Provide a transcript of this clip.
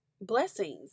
blessings